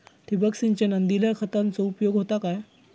ठिबक सिंचनान दिल्या खतांचो उपयोग होता काय?